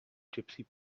gypsy